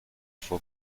fue